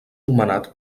nomenat